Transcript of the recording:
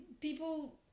People